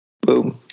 boom